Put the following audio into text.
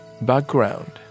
background